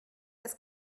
ist